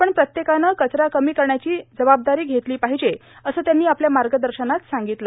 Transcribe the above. आपण प्रत्येकानं कचरा कमी करण्याची जवाबदारी घेतली पाहिजे असं त्यांनी आपल्या मार्गदर्शनात सांगितलं